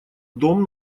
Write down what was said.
дом